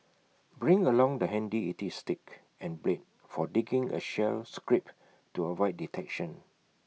bring along the handy E T stick and blade for digging A shell scrape to avoid detection